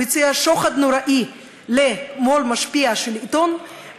הוא הציע שוחד נוראי למו"ל משפיע של עיתון,